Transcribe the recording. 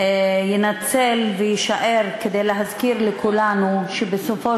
יינצל ויישאר כדי להזכיר לכולנו שבסופו